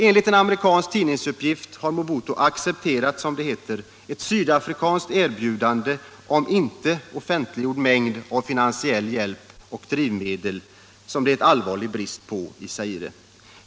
Enligt en amerikansk tidningsuppgift har Mobutu accepterat — som det heter — ”ett sydafrikanskt erbjudande om en inte offentliggjord mängd av finansiell hjälp och drivmedel, som det är en allvarlig brist på i Zaire”.